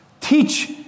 teach